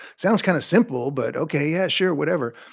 sounds kind of simple, but ok. yeah. sure. whatever.